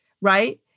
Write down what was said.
right